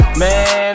man